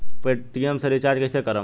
Paytm से recharge कईसे करम?